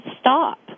stop